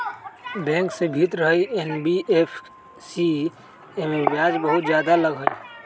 Bank से भिन्न हई एन.बी.एफ.सी इमे ब्याज बहुत ज्यादा लगहई?